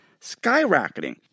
skyrocketing